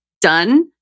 done